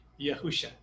Yahusha